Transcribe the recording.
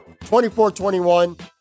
24-21